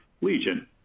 Legion